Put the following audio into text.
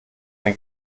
denn